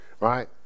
right